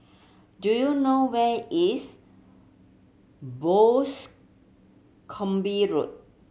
do you know where is Boscombe Road